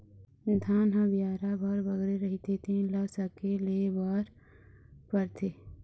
धान ह बियारा भर बगरे रहिथे तेन ल सकेले बर परथे